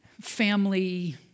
family